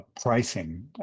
pricing